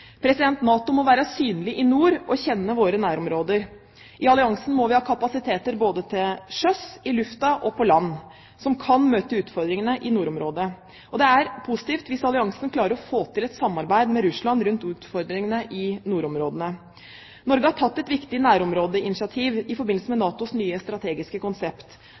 NATO må være synlig i nord og kjenne våre nærområder. I alliansen må vi ha kapasiteter både til sjøs, i luften og på land som kan møte utfordringene i nordområdene. Det er positivt hvis alliansen klarer å få til et samarbeid med Russland rundt utfordringene i nordområdene. Norge har tatt et viktig nærområdeinitiativ i forbindelse med NATOs nye strategiske konsept.